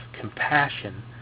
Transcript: compassion